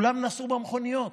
וכולם נסעו במכוניות.